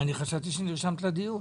אני חשבתי שנרשמת לדיון.